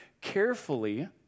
carefully